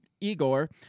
Igor